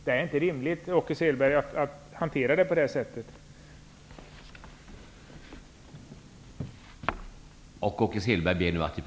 Det är inte rimligt att hantera det på det sättet, Åke Selberg.